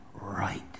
right